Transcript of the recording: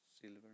silver